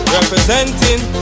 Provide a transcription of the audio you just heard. Representing